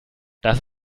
das